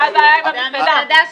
אולי הבעיה עם המסעדה.